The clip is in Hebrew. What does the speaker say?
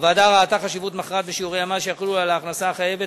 הוועדה ראתה חשיבות מכרעת בשיעורי המס שיחולו על ההכנסה החייבת